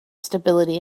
stability